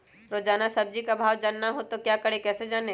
रोजाना सब्जी का भाव जानना हो तो क्या करें कैसे जाने?